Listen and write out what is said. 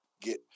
get